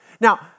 Now